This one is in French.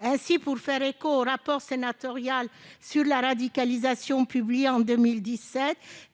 Ainsi, pour faire écho au rapport sénatorial sur la radicalisation, qui a été